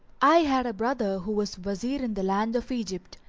i had a brother who was wazir in the land of egypt,